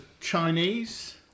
Chinese